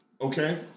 Okay